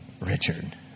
Richard